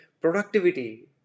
productivity